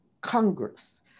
Congress